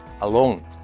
alone